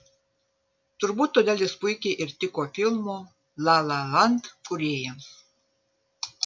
turbūt todėl jis puikiai ir tiko filmo la la land kūrėjams